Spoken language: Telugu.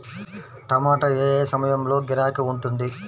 టమాటా ఏ ఏ సమయంలో గిరాకీ ఉంటుంది?